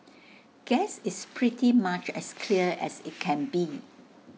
guess it's pretty much as clear as IT can be